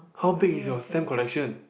how big is your stamp collection